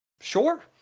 sure